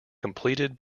completed